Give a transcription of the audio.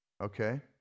Okay